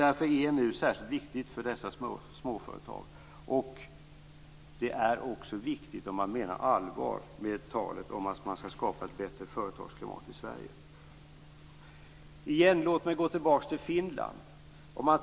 Därför är EMU särskilt viktigt för dessa småföretag. Det är också viktigt om man menar allvar med talet om att skapa ett bättre företagsklimat i Sverige. Låt mig återigen gå tillbaka till Finland.